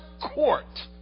court